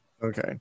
Okay